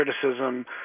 criticism